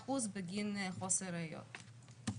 89% בגין חוסר ראיות.